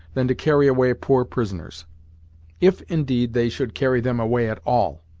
than to carry away poor prisoners if, indeed, they should carry them away at all!